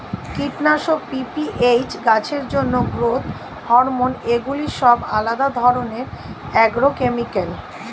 কীটনাশক, পি.পি.এইচ, গাছের জন্য গ্রোথ হরমোন এগুলি সব আলাদা ধরণের অ্যাগ্রোকেমিক্যাল